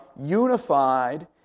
unified